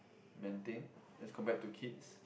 maintain as compared to kids